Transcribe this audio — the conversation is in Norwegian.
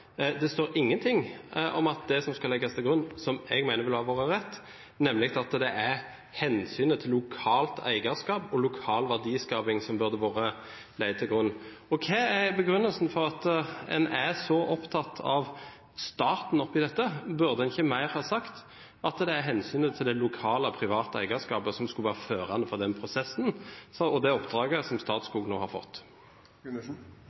Det står ingenting om at det skal legges til grunn det som jeg mener ville ha vært rett, nemlig hensynet til lokalt eierskap og lokal verdiskaping. Hva er begrunnelsen for at en er så opptatt av staten oppe i dette? Burde en ikke heller ha sagt at det er hensynet til det lokale og private eierskapet som skal være førende for den prosessen og for det oppdraget som Statskog nå har fått?